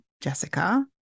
Jessica